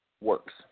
works